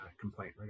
complaint